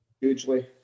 Hugely